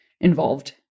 involved